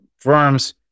firms